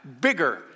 Bigger